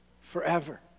Forever